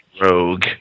Rogue